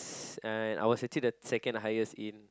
and I was actually the second highest in